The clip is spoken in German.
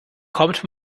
kommt